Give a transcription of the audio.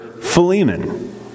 Philemon